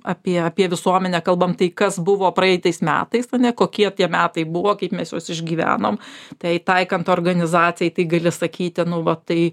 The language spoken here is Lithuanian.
apie apie visuomenę kalbam tai kas buvo praeitais metais ane kokie tie metai buvo kaip mes juos išgyvenom tai taikant organizacijai tai gali sakyti nu va tai